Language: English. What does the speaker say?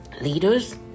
leaders